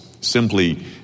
simply